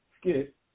skit